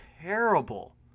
terrible